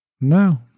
no